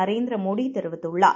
நரேந்திரமோடிதெரிவித்துள்ளார்